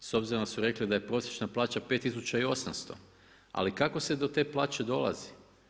S obzirom da su rekli da je prosječna plaća 5.800, ali kako se do te plaće dolazi?